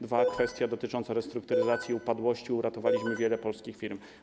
Druga kwestia dotyczy restrukturyzacji i upadłości; uratowaliśmy wiele polskich firm.